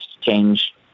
change